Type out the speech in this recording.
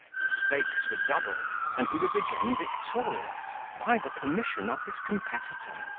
the stakes were doubled, and he was again victorious, by the permission of his competitor.